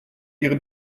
ihre